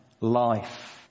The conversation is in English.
life